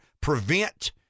Prevent